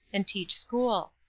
and teach school.